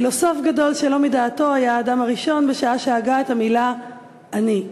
פילוסוף גדול שלא מדעתו היה אדם הראשון בשעה שהגה את המילה "אני".